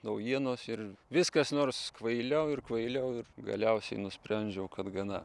naujienos ir vis kas nors kvailiau ir kvailiau ir galiausiai nusprendžiau kad gana